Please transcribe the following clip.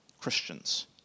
Christians